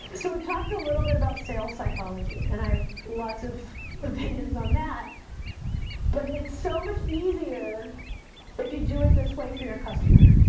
so we've talked a little bit about sales psychology and i have lots of opinions on that but it's so much easier if you do it this way for your customer